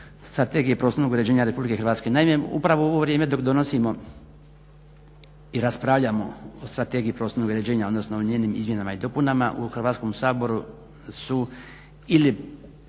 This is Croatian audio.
Strategije prostornog uređenja Republike Hrvatske naime upravo u ovo vrijeme dok donosimo i raspravljamo o Strategiji prostornog uređenja, odnosno o njenim izmjenama i dopunama u Hrvatskom saboru su ili